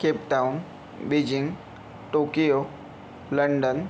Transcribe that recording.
Cape Town Beijing Tokyo London